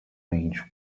range